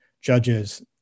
judges